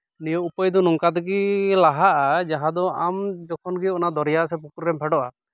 ᱱᱤᱭᱟᱹ ᱩᱯᱟᱹᱭ ᱫᱚ ᱱᱚᱝᱠᱟ ᱛᱮᱜᱮ ᱞᱟᱦᱟᱜᱼᱟ ᱡᱟᱦᱟᱸ ᱫᱚ ᱮᱢ ᱡᱚᱠᱷᱚᱱ ᱜᱮ ᱚᱱᱟ ᱫᱚᱨᱭᱟ ᱥᱮ ᱯᱩᱠᱩᱨ ᱨᱮᱢ ᱯᱷᱮᱰᱚᱜᱼᱟ